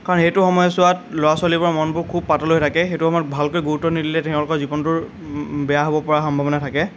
কাৰণ সেইটো সময়ছোৱাত ল'ৰা ছোৱালীবোৰৰ মনবোৰ খুব পাতল হৈ থাকে সেইটো সময়ত ভালকৈ গুৰুত্ব নিদিলে তেওঁলোকৰ জীৱনটোৰ বেয়া হ'ব পৰা সম্ভৱনা থাকে